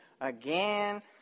again